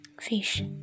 Fish